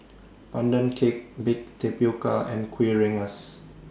Pandan Cake Baked Tapioca and Kuih Rengas